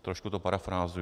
Trošku to parafrázuji.